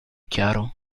chiaro